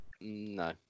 No